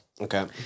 Okay